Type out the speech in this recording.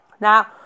Now